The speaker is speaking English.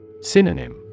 Synonym